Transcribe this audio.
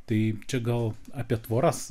taip čia gal apie tvoras